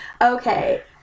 Okay